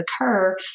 occur